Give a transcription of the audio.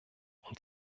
und